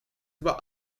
über